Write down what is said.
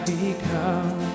become